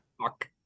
Fuck